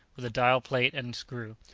with a dial-plate and screw,